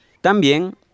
También